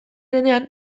denean